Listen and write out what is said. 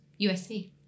USC